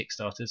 Kickstarters